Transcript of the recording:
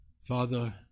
Father